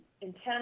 intent